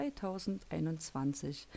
2021